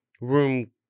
room